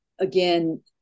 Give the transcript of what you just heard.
Again